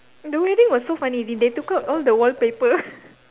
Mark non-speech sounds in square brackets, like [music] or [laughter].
the wedding was so funny d~ they took out all the wallpaper [laughs]